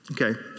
Okay